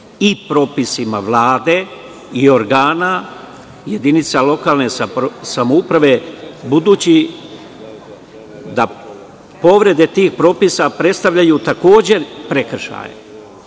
i propisima Vlade i organa jedinica lokalne samouprave, budući da povrede tih propisa predstavljaju takođe prekršaje.